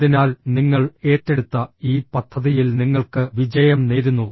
അതിനാൽ നിങ്ങൾ ഏറ്റെടുത്ത ഈ പദ്ധതിയിൽ നിങ്ങൾക്ക് വിജയം നേരുന്നു